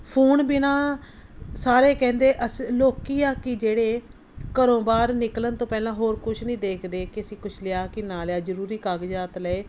phone ਬਿਨ੍ਹਾਂ ਸਾਰੇ ਕਹਿੰਦੇ ਅਸ ਲੋਕ ਆ ਕਿ ਜਿਹੜੇ ਘਰੋਂ ਬਾਹਰ ਨਿਕਲਣ ਤੋਂ ਪਹਿਲਾਂ ਹੋਰ ਕੁਛ ਨਹੀਂ ਦੇਖਦੇ ਕਿ ਅਸੀਂ ਕੁਛ ਲਿਆ ਕੇ ਨਾ ਲਿਆ ਜ਼ਰੂਰੀ ਕਾਗਜ਼ਾਤ ਲਏ